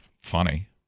funny